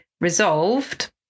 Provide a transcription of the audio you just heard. resolved